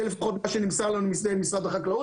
זה לפחות מה שנמסר לנו על ידי משרד החקלאות.